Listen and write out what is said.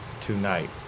tonight